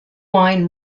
wine